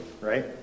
right